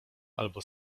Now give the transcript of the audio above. albo